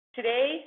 Today